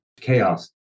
chaos